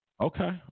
Okay